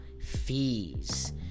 fees